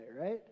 right